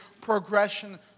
progression